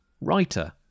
writer